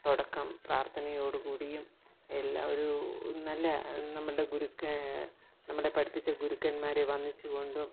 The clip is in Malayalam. തുടക്കം പ്രാർത്ഥനയോടു കൂടിയും എല്ലാ ഒരു നല്ല നമ്മളുടെ ഗുരുക്ക നമ്മളെ പഠിപ്പിച്ച ഗുരുക്കന്മാരെ വന്ദിച്ചുകൊണ്ടും